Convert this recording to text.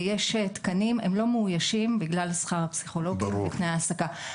יש תקנים והם לא מאוישים בגלל שכר הפסיכולוגים ותנאי ההעסקה.